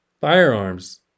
firearms